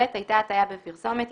(ב)היתה הטעיה בפרסומת,